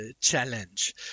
challenge